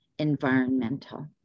environmental